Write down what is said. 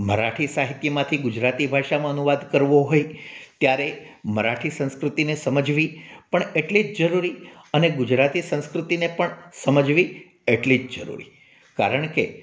મરાઠી સાહિત્યમાંથી ગુજરાતી ભાષામાં અનુવાદ કરવો હોય ત્યારે મરાઠી સંસ્કૃતિને સમજવી પણ એટલી જરૂરી અને ગુજરાતી સંસ્કૃતિને પણ સમજવી એટલી જ જરૂરી કારણ કે